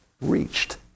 reached